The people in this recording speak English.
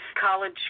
College